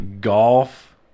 Golf